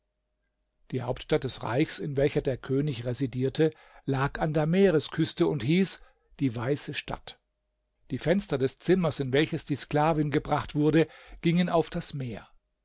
die hauptstadt des reichs in welcher der könig residierte lag an der meeresküste und hieß die weiße stadt die fenster des zimmers in welches die sklavin gebracht wurde gingen auf das meer